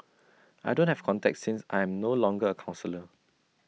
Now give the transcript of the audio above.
I don't have contacts since I am no longer A counsellor